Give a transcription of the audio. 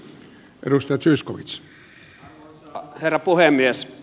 arvoisa herra puhemies